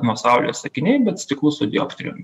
nuo saulės akiniai bet stiklus su dioptrijom